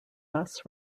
bus